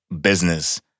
business